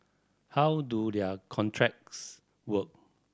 how do their contracts work